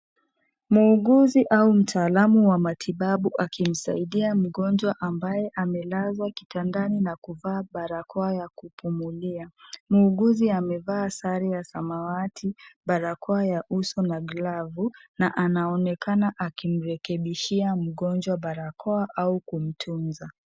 Muuguzi au mtaalam wa matibabu akimsaidia mgonjwa ambaye amelazwa kitandani na kuvaa barakoa yakupumulia, muuguzi amevaa sare ya samawati barakoa ya uso na glafu na anaonekana akimrekebishia mgonjwa barakoa au kumtunza.